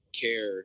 care